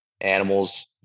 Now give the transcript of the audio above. animals